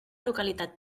localitat